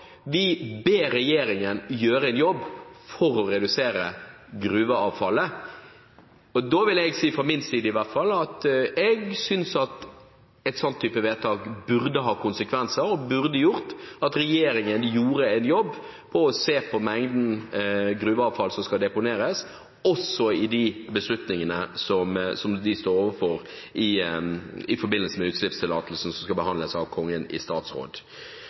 vi ber regjeringen gjøre en jobb for å redusere gruveavfallet. Da vil jeg si, fra min side iallfall, at jeg synes en sånn type vedtak burde ha konsekvenser og burde ha gjort at regjeringen gjorde en jobb for å se på mengden gruveavfall som skal deponeres, også i de beslutningene som de står overfor i forbindelse med utslippstillatelsen, som skal behandles av Kongen i statsråd.